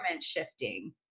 shifting